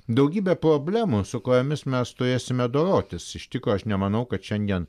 daugybė problemų su kuriomis mes turėsime dorotis iš tikro aš nemanau kad šiandien